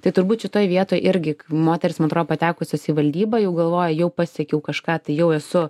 tai turbūt šitoj vietoj irgi moterys man atrodo patekusios į valdybą jau galvoja jau pasiekiau kažką tai jau esu